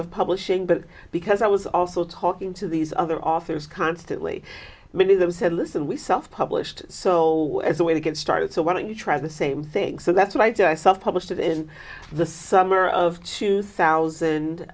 of publishing but because i was also talking to these other authors constantly many of them said listen we self published so as a way to get started so why don't you try the same thing so that's why did i self published it in the summer of two thousand